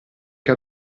che